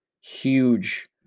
huge